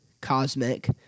cosmic